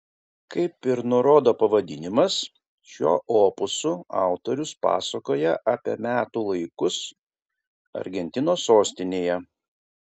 kaip ir nurodo pavadinimas šiuo opusu autorius pasakoja apie metų laikus argentinos sostinėje